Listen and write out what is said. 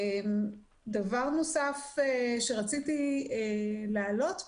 דבר נוסף שרציתי להעלות פה,